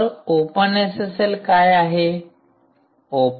तर OpenSSL काय आहे